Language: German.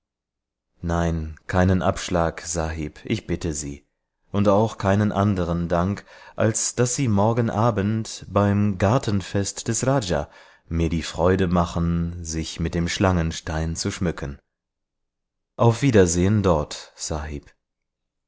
nein keinen abschlag sahib ich bitte sie und auch keinen anderen dank als daß sie morgen abend beim gartenfest des raja mir die freude machen sich mit dem schlangenstein zu schmücken auf wiedersehen dort sahib